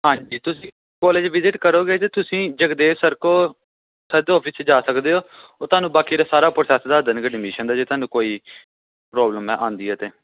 ਹਾਂਜੀ ਤੁਸੀਂ college visit ਕਰੋਗੇ ਤਾਂ ਤੁਸੀਂ ਜਗਦੇਵ ਸਰ ਕੋਲ ਸਰ ਦੇ ਆੱਫਿਸ 'ਚ ਜਾ ਸਕਦੇ ਹੋ ਉਹ ਤੁਹਾਨੂੰ ਬਾਕੀ ਦਾ ਸਾਰਾ ਪ੍ਰੋਸੈਸ ਦੱਸ ਦੇਣਗੇ ਅਡਮੀਸ਼ਨ ਦਾ ਜੇ ਤੁਹਾਨੂੰ ਕੋਈ ਪ੍ਰੋਬਲਮ ਹੈ ਆਉਂਦੀ ਹੈ ਤਾਂ